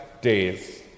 days